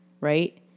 right